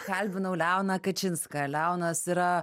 kalbinau leoną kačinską leonas yra